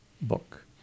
book